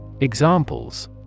Examples